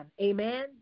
Amen